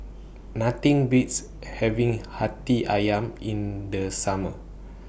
Nothing Beats having Hati Ayam in The Summer